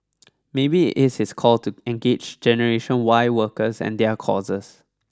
maybe it is his call to engage Generation Y workers and their causes